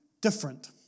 Different